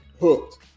hooked